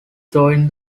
join